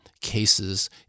cases